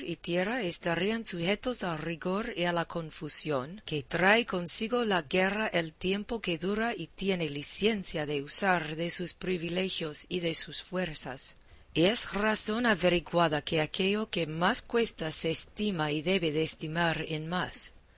tierra estarían sujetos al rigor y a la confusión que trae consigo la guerra el tiempo que dura y tiene licencia de usar de sus previlegios y de sus fuerzas y es razón averiguada que aquello que más cuesta se estima y debe de estimar en más